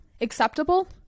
acceptable